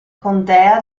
contea